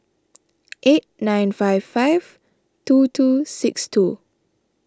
eight nine five five two two six two